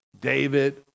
David